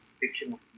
fictional